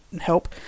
help